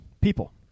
People